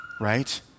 right